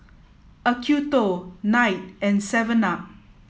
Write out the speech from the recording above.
Acuto Knight and seven up